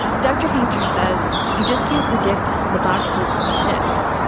dr. painter says you just can't predict how the boxes will shift.